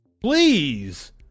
please